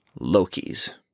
Lokis